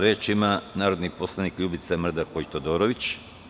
Reč ima narodni poslanik Ljubica Mrdaković Todorović.